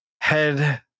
head